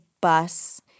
bus